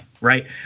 Right